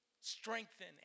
strengthen